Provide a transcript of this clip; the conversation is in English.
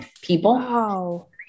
people